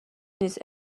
نیست